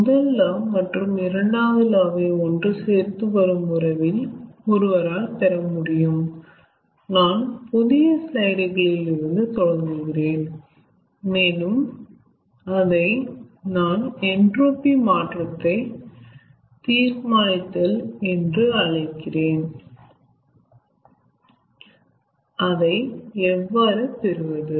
முதல் லா மற்றும் இரண்டாம் லா வை ஒன்றுசேர்த்து வரும் உறவில் ஒருவரால் பெறமுடியும் நான் புதிய ஸ்லைடு களில் இருந்து தொடங்குகிறேன் மேலும் அதை நான் என்ட்ரோபி மாற்றத்தை தீர்மானித்தல் என்று அழைக்கிறேன் அதை எவ்வாறு பெறுவது